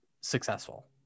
successful